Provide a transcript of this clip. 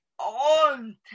on